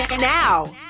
now